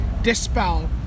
Dispel